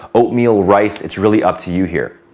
oatmeal, rice, it's really up to you here.